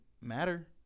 matter